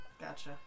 Gotcha